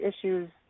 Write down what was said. issues